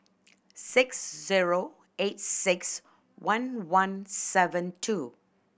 six zero eight six one one seven two